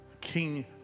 King